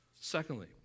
Secondly